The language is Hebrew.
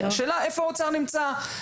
השאלה היא, איפה האוצר נמצא?